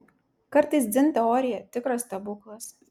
kartais dzin teorija tikras stebuklas